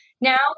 now